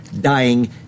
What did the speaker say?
dying